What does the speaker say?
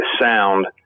sound